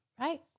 right